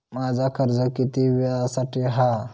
माझा कर्ज किती वेळासाठी हा?